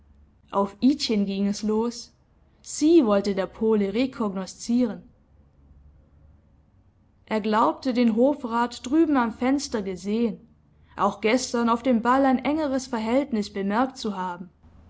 auf idchen ging es los sie wollte der pole rekognoszieren er glaubte den hofrat drüben am fenster gesehen auch gestern auf dem ball ein engeres verhältnis bemerkt zu haben